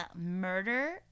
murder